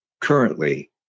Currently